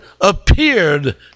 appeared